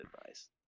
advice